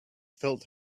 filled